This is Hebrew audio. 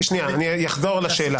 שלי, ואני אחזור עליה.